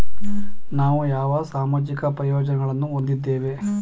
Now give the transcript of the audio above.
ನಾವು ಯಾವ ಸಾಮಾಜಿಕ ಪ್ರಯೋಜನಗಳನ್ನು ಹೊಂದಿದ್ದೇವೆ?